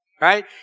right